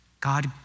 God